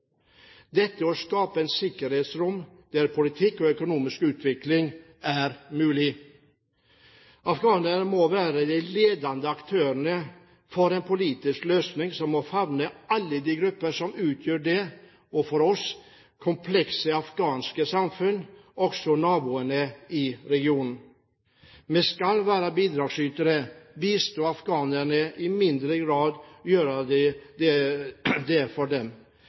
sikkerhetsrom der politikk og økonomisk utvikling er mulig. Afghanerne må være de ledende aktører for en politisk løsning som må favne alle de grupper som utgjør det for oss komplekse afghanske samfunn, også naboene i regionen. Vi skal være bidragsytere, bistå afghanerne, i mindre grad gjøre det for dem.